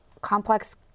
complex